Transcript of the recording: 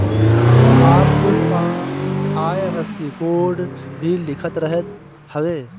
passbook पअ IFSC code भी लिखल रहत हवे